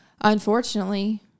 unfortunately